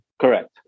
Correct